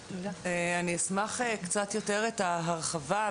אשמח קצת יותר את ההרחבה.